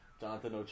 Jonathan